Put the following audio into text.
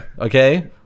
Okay